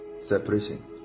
Separation